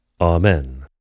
Amen